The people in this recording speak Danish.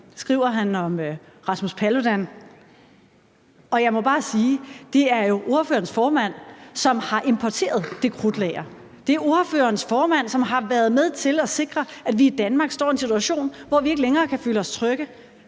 Det skriver han om Rasmus Paludan. Jeg må bare sige: Det er jo ordførerens formand, som har importeret det krudtlager. Det er ordførerens formand, som har været med til at sikre, at vi i Danmark står i en situation, hvor vi ikke længere kan føle os trygge.